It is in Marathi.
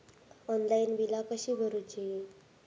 ऑनलाइन बिला कशी भरूची?